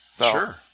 Sure